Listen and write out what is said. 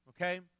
okay